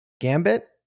Gambit